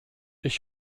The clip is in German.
ich